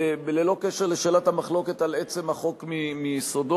ללא קשר לשאלת המחלוקת על עצם החוק מיסודו.